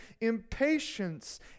impatience